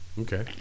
Okay